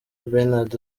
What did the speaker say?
bernard